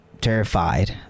terrified